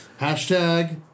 Hashtag